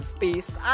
peace